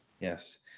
Yes